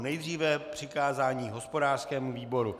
Nejdříve přikázání hospodářskému výboru.